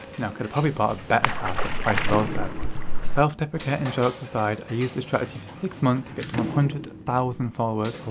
you know i could've probably bought a better car for the price of those airpods. self-deprecating jokes aside, i used this strategy for six months to get to one hundred thousand followers, ah